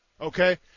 Okay